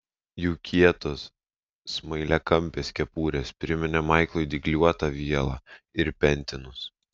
jų kietos smailiakampės kepurės priminė maiklui dygliuotą vielą ir pentinus